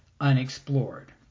unexplored